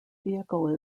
vehicle